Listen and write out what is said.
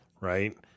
right